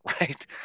right